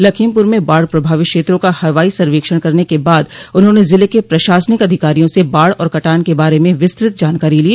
लखीमपुर में बाढ़ प्रभावित क्षेत्रों का हवाई सर्वेक्षण करने के बाद उन्होंने ज़िले के प्रशासनिक अधिकारियों से बाढ़ और कटान के बारे में विस्तत जानकारी ली